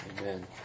Amen